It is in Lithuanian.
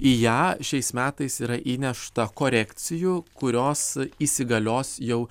į ją šiais metais yra įnešta korekcijų kurios įsigalios jau